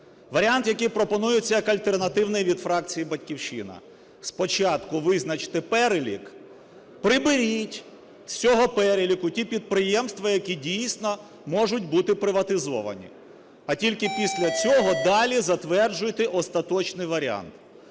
Варіант, який пропонується як альтернативний від фракції "Батьківщина": спочатку визначити перелік. Приберіть з цього переліку ті підприємства, які дійсно можуть бути приватизовані. А тільки після цього далі затверджуйте остаточний варіант.